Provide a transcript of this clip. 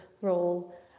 role